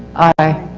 aye.